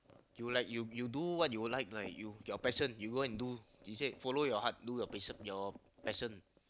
you like you you do what you like like you your passion you go and do he said follow your heart do your passion your passion